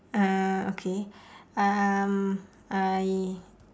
uh okay um I